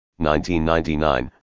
1999